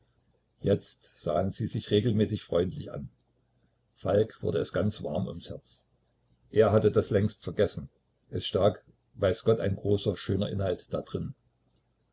jetzt sahen sie sich regelmäßig freundlich an falk wurde es ganz warm ums herz er hatte das längst vergessen es stak weiß gott ein großer schöner inhalt da drin